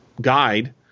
guide